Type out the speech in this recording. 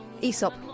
Aesop